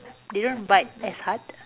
they don't bite as hard